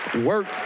work